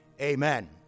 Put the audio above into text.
Amen